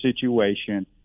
situation